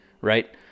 right